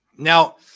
Now